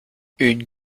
une